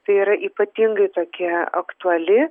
tai yra ypatingai tokia aktuali